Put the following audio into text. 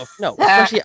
No